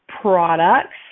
products